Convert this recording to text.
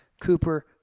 Cooper